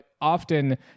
often